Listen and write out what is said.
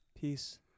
Peace